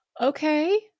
Okay